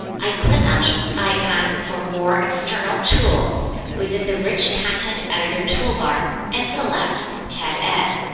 i click on the icon for more external tools within the rich content editor toolbar and select ted ed.